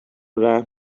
رحم